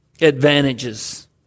advantages